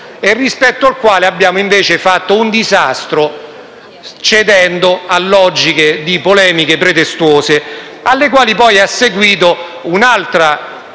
e rispetto al quale abbiamo invece fatto un disastro, cedendo a logiche e polemiche pretestuose. E a quelle polemiche ne è seguita un'altra